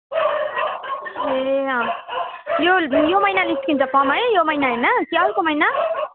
ए अँ यो यो महिना निस्कन्छ फर्म है यो महिना होइन कि अर्को महिना